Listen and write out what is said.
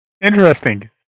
Interesting